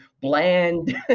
bland